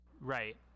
Right